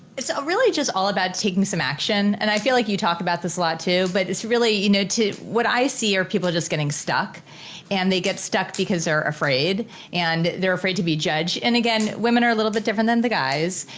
it's ah really just all about taking some action and i feel like you talk about this a lot too but it's really you know to, what i see is people just getting stuck and they get stuck because they're afraid and they're afraid to be judged. and again, women are a little bit different than the guys.